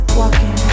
walking